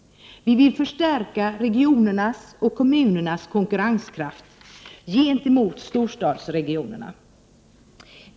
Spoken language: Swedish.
Vi vill förstärka regionernas och kommunernas konkurrenskraft gentemot storstadsregionerna.